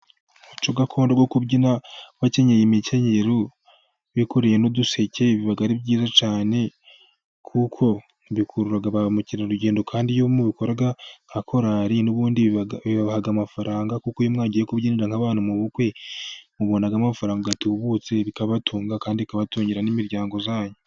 Umuco gakondo wo kubyina bakenyeye imikenyero bikoreye n'uduseke, biba ari byiza cyane kuko bikurura ba mukerarugendo, kandi iyo mubikora nka korari, n'ubundi bibaha amafaranga kuko nk'iyo mwagiye kubyinira nk'abantu mu bukwe, mubonamo amafaranga atubutse bikabatunga, kandi bikabatungira n'imiryango yanyu.